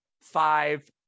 five